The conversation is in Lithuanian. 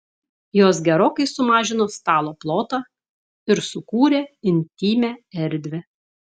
jos gerokai sumažino stalo plotą ir sukūrė intymią erdvę